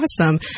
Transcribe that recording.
awesome